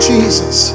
Jesus